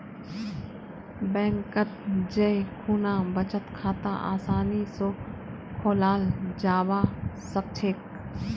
बैंकत जै खुना बचत खाता आसानी स खोलाल जाबा सखछेक